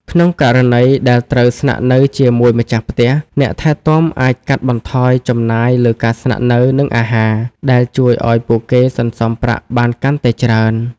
ក្នុងករណីដែលត្រូវស្នាក់នៅជាមួយម្ចាស់ផ្ទះ អ្នកថែទាំអាចកាត់បន្ថយចំណាយលើការស្នាក់នៅ និងអាហារ ដែលជួយឱ្យពួកគេសន្សំប្រាក់បានកាន់តែច្រើន។